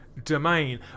Domain